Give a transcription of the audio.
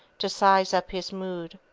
to size up his mood?